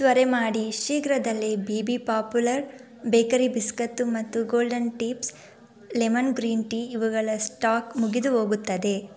ತ್ವರೆ ಮಾಡಿ ಶೀಘ್ರದಲ್ಲೇ B B popular bakery biscuit ಮತ್ತು golden tips lemon green tea ಇವುಗಳ ಸ್ಟಾಕ್ ಮುಗಿದು ಹೋಗುತ್ತದೆ